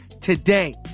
today